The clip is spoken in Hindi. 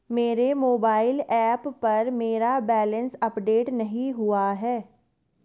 मेरे मोबाइल ऐप पर मेरा बैलेंस अपडेट नहीं हुआ है